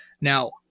now